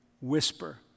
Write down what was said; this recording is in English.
whisper